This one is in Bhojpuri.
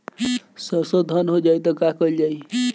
सरसो धन हो जाई त का कयील जाई?